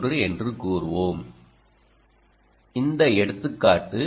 3 என்று கூறுவோம் இந்த எடுத்துக்காட்டு